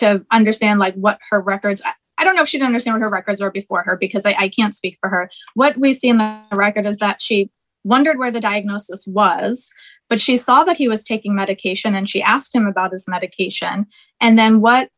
to understand like what her records i don't know she never saw her records or before her because i can't speak for her what we see him a record knows that she wondered why the diagnosis was but she saw that he was taking medication and she asked him about his medication and then what